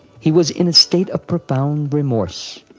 he was in a state of profound remorse.